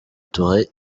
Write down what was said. toure